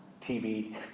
tv